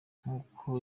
nk’uko